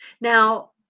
now